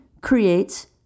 creates